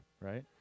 right